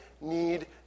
need